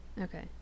Okay